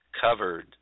covered